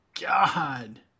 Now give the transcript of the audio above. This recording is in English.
god